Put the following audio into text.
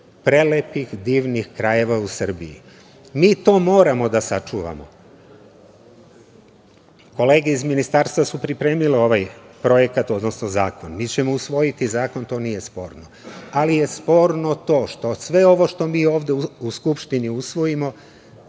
prelepih, divnih krajeva u Srbiji. Mi to moramo da sačuvamo. Kolege iz ministarstva su pripremile ovaj projekat, odnosno zakon. Mi ćemo usvojiti zakon, to nije sporno, ali je sporno to što sve ovo što mi ovde u Skupštini usvojimo,